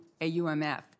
AUMF